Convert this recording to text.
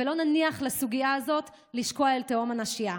ולא נניח לסוגיה הזאת לשקוע אל תהום הנשייה.